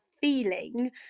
feeling